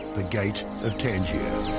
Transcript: the gate of tangier.